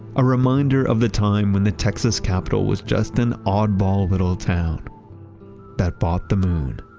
a reminder of the time when the texas capitol was just an oddball little town that bought the moon